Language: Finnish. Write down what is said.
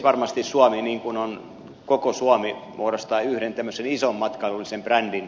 varmasti koko suomi muodostaa yhden tämmöisen ison matkailullisen brändin